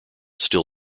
still